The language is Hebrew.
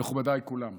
מכובדיי כולם,